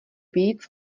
víc